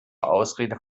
ausrede